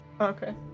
Okay